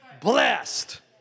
blessed